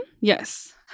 Yes